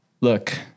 look